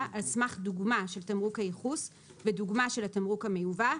על סמך דוגמה של תמרוק הייחוס ודוגמה של התמרוק המיובא,